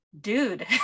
dude